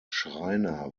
schreiner